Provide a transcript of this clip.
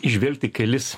įžvelgti kelis